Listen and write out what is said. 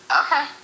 Okay